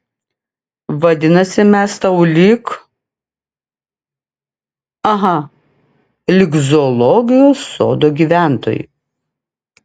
vadinasi mes tau lyg aha lyg zoologijos sodo gyventojai